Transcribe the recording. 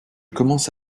commence